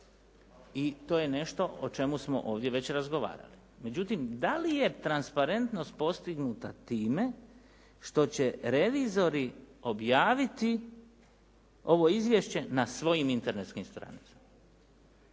i to je nešto o čemu smo ovdje već razgovarali. Međutim, da li je transparentnost postignuta time što će revizori objaviti ovo izvješće na svojim internetskim stranicama?